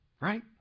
right